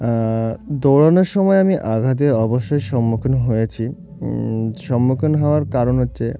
দৌড়ানোর সময় আমি আঘাতের অবশ্যই সম্মুখীন হয়েছি সম্মুখীন হওয়ার কারণ হচ্ছে